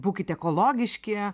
būkit ekologiški